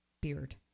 beard